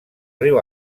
riu